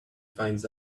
finds